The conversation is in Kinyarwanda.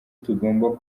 tugomba